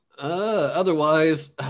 Otherwise